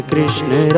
Krishna